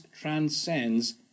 transcends